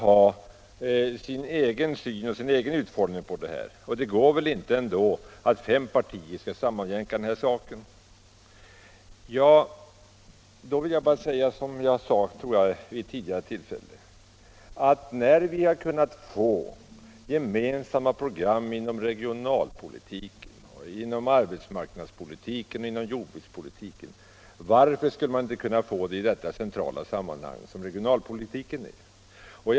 Varje parti kommer att kräva sin egen utformning av programmet. Det går inte att sammanjämka fem partier. Då vill jag säga som jag har sagt vid tidigare tillfällen. När vi har kunnat få gemensamma program inom regionalpolitiken, arbetsmarknadspolitiken och jordbrukspolitiken, varför skulle vi då inte kunna få det i det centrala sammanhang som näringspolitiken utgör?